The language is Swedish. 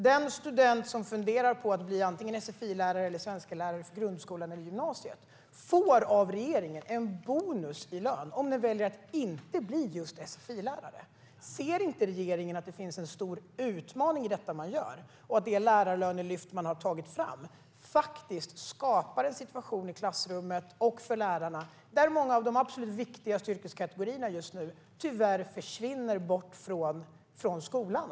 Den student som funderar på att bli antingen sfi-lärare eller svensklärare på grundskolan eller gymnasiet får av regeringen en bonus i lön om den väljer att inte bli just sfi-lärare. Ser inte regeringen att det finns en stor utmaning i det man gör och att det lärarlönelyft man har tagit fram skapar en situation i klassrummet och för lärarna där många av de absolut viktigaste yrkeskategorierna just nu tyvärr försvinner bort från skolan?